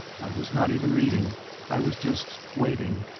i was not even reading i was just waiting,